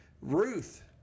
Ruth